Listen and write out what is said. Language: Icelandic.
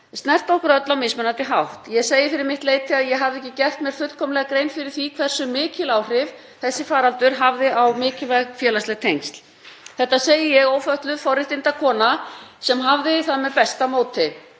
snerti okkur öll á mismunandi hátt. Ég segi fyrir mitt leyti að ég hafði ekki gert mér fullkomlega grein fyrir því hversu mikil áhrif þessi faraldur hafði á mikilvæg félagsleg tengsl. Þetta segi ég, ófötluð forréttindakona, sem hafði það með besta móti.